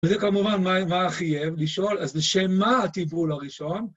וזה כמובן מה חייב לשאול, אז לשם מה הטיפול הראשון?